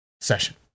session